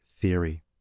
theory